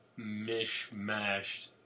mishmashed